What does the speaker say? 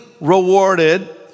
rewarded